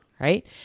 right